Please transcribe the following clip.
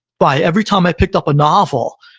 by every time i picked up a novel,